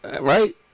Right